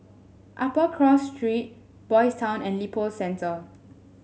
Upper Cross Street Boys' Town and Lippo Centre